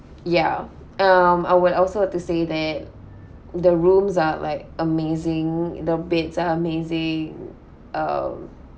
ya um I will also have to say that the rooms are like amazing the beds are amazing um